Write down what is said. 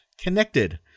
Connected